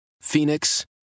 Phoenix